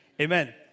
amen